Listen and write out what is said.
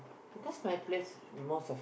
because my place most of